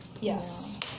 Yes